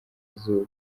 izuba